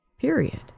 period